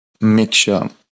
mixture